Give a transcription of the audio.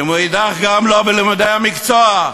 ומאידך גם לא בלימודי המקצוע.